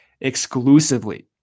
exclusively